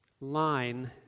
line